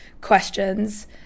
questions